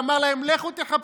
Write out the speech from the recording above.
ואמר להם: לכו תחפשו,